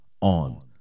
on